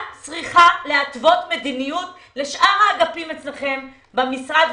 את צריכה להתוות מדיניות לשאר האגפים אצלכם במשרד,